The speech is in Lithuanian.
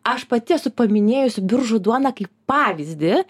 aš pati esu paminėjusi biržų duoną kaip pavyzdį